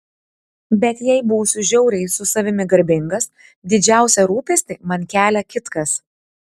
bet jei būsiu žiauriai su savimi garbingas didžiausią rūpestį man kelia kitkas